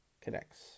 Connects